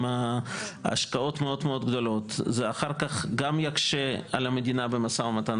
אם ההשקעות גדולות זה יקשה אחר כך על המדינה במשא ומתן.